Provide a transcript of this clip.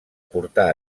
portar